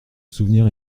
souvenir